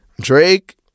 drake